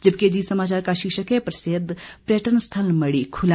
जबकि अजीत समाचार का शीर्षक है प्रसिद्ध पर्यटन स्थल मढ़ी ख्रला